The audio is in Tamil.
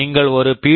நீங்கள் ஒரு பி